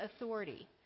authority